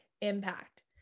impact